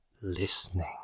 listening